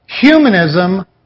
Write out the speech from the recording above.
humanism